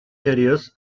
areas